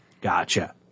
Gotcha